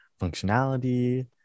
functionality